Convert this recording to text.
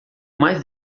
mais